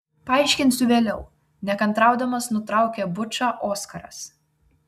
paaiškinsiu vėliau nekantraudamas nutraukė bučą oskaras